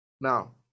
Now